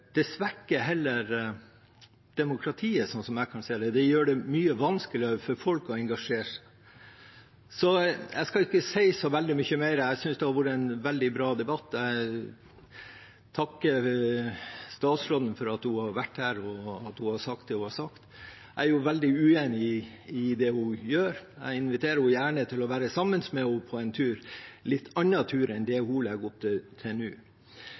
Det svekker heller demokratiet, sånn som jeg ser det. Det gjør det mye vanskeligere for folk å engasjere seg. Jeg skal ikke si så veldig mye mer. Jeg synes det har vært en veldig bra debatt. Jeg takker statsråden for at hun har vært her og sagt det hun har sagt. Jeg er veldig uenig i det hun gjør. Jeg inviterer gjerne til å være sammen med henne på en litt annen tur enn den hun legger opp til nå. Jeg vil likevel stille et siste spørsmål: Kommer regjeringen til